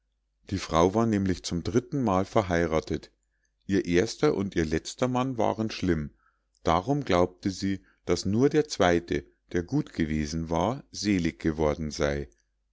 die frau war nämlich zum dritten mal verheirathet ihr erster und ihr letzter mann waren schlimm darum glaubte sie daß nur der zweite der gut gewesen war selig geworden sei